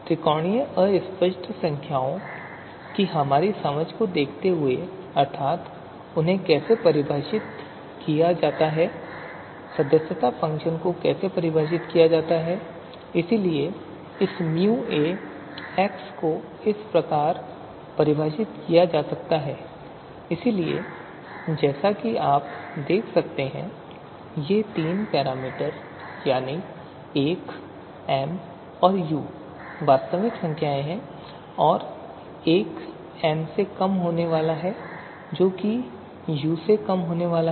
त्रिकोणीय अस्पष्ट संख्याओं की हमारी समझ को देखते हुए अर्थात उन्हें कैसे परिभाषित किया जाता है सदस्यता फ़ंक्शन को कैसे परिभाषित किया जा सकता है इसलिए इस µA को इस प्रकार परिभाषित किया जा सकता है इसलिए जैसा कि आप देख सकते हैं ये तीन पैरामीटर यानी l m और u वास्तविक संख्याएँ हैं और l m से कम होने वाला है जो कि u से कम होने वाला है